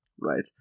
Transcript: right